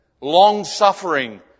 long-suffering